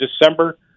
December